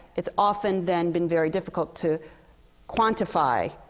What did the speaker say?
it's often then been very difficult to quantify